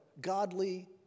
godly